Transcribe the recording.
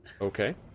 Okay